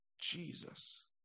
Jesus